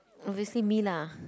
obviously me lah